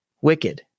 wicked